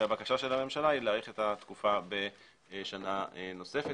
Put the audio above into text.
הבקשה של הממשלה היא להאריך את התקופה בשנה נוספת,